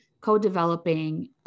co-developing